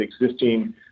existing